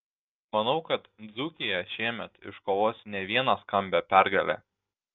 manau kad dzūkija šiemet iškovos ne vieną skambią pergalę